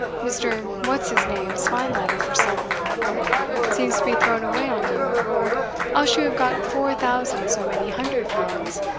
mr. what's his name's fine letter for self and partner seems to be thrown away on you, or else you have got four thousand so many hundred pounds,